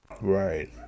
right